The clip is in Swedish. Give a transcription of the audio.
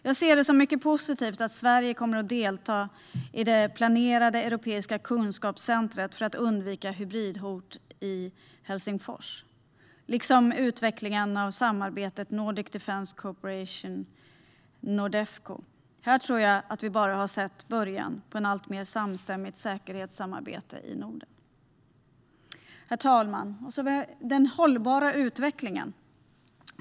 Jag ser det som mycket positivt att Sverige kommer att delta i det planerade europeiska kunskapscentret i Helsingfors för att undvika hybridhot liksom utvecklingen av samarbetet Nordic Defence Cooperation, Nordefco. Här har vi nog bara sett början på ett alltmer samstämmigt säkerhetssamarbete i Norden. Herr talman! Då kommer jag in på den hållbara utvecklingen.